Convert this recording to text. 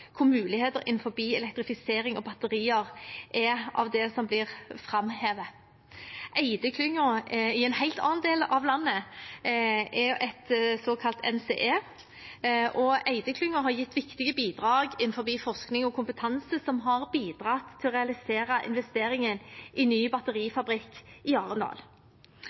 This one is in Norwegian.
hvor muligheter innenfor elektrifisering og batterier er av det som blir framhevet. Eyde-klyngen, i en helt annen del av landet, er et såkalt NCE, og Eyde-klyngen har gitt viktige bidrag innenfor forskning og kompetanse som har bidratt til å realisere investeringen i en ny batterifabrikk i Arendal.